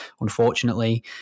unfortunately